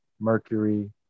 mercury